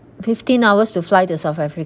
fifteen hours to fly to south